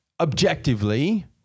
objectively